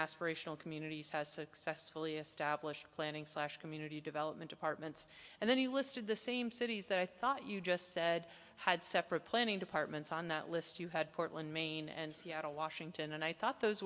aspirational communities has successfully established planning slash community development apartments and then he listed the same cities that i thought you just said had separate planning departments on that list you had portland maine and seattle washington and i thought those